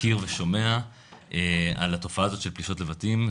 מכיר ושומע על התופעה הזאת של פלישות לבתים.